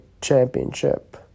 championship